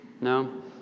No